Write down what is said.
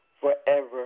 forever